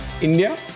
India